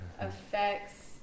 affects